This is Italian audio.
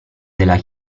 della